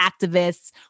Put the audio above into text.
activists